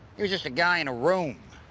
he was just a guy in a room.